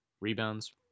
rebounds